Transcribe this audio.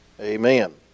amen